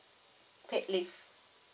paid leave